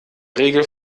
regel